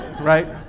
Right